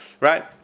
right